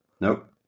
Nope